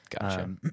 Gotcha